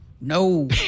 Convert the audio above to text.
no